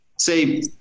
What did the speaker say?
say